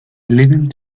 leaving